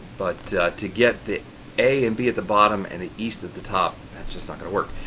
but to get the a and b at the bottom and the east at the top, that's just not going to work.